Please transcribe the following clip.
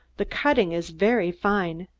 the cutting is very fine,